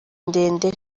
ndende